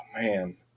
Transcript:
man